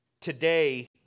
today